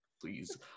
please